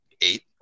eight